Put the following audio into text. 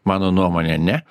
mano nuomone ne